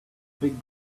big